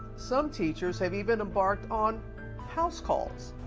some teachers have even embarked on house calls.